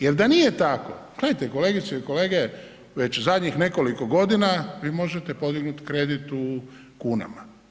Jer da nije tako, gledajte, kolegice i kolege, već zadnjih nekoliko godina vi možete podignuti kredit u kunama.